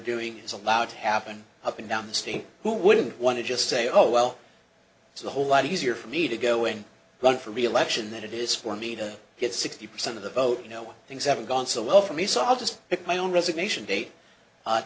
doing is allowed to happen up and down the sting who wouldn't want to just say oh well it's a whole lot easier for me to go and run for reelection then it is for me to get sixty percent of the vote you know things haven't gone so well for me so i'll just make my own resignation date